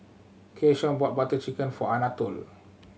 Keyshawn bought Butter Chicken for Anatole